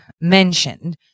mentioned